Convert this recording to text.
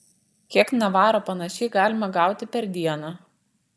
kiek navaro panašiai galima gauti per dieną